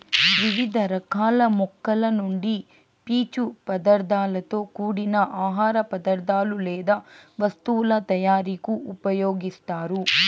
వివిధ రకాల మొక్కల నుండి పీచు పదార్థాలతో కూడిన ఆహార పదార్థాలు లేదా వస్తువుల తయారీకు ఉపయోగిస్తారు